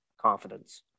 confidence